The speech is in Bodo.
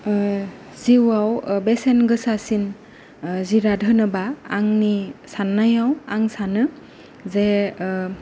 जिउआव बेसेन गोसासिन जिरात होनोबा आंनि साननायाव आं सानो जे